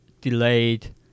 delayed